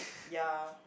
ya